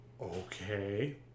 Okay